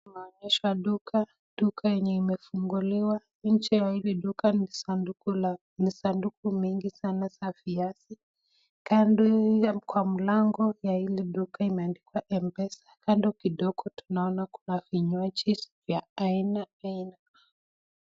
Tunaonyeshwa duka, duka ambayo imefunguliwa, nje ya hili duka ni sanduku ,sanduku mingi za viazi. kando ya hili duka imeandikwa mpesa. Kando kidogo, tunaona kuna vinywaji ya aina mbalimbali